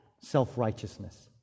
self-righteousness